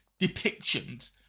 Depictions